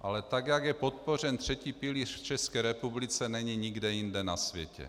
Ale jak je podpořen třetí pilíř v České republice, není nikde jinde na světě.